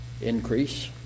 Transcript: increase